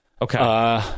Okay